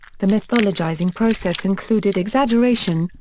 the mythologizing process included exaggeration,